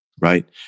right